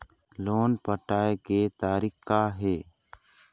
Loan पटाए के तारीख़ का हे?